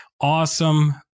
Awesome